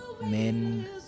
men